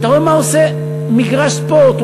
אתה רואה מה עושה מגרש ספורט,